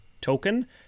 token